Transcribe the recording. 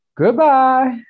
goodbye